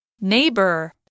neighbor